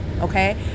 Okay